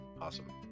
Awesome